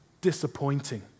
disappointing